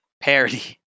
parody